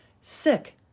sick